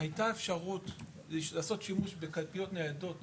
הייתה אפשרות לעשות שימוש בקלפיות ניידות